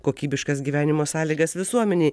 kokybiškas gyvenimo sąlygas visuomenei